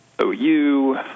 OU